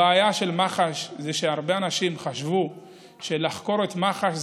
הבעיה של מח"ש זה שהרבה אנשים חשבו שלחקור את מח"ש,